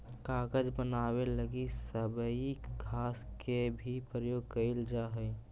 कागज बनावे लगी सबई घास के भी प्रयोग कईल जा हई